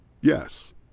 Yes